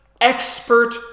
expert